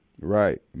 Right